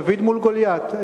דוד מול גוליית.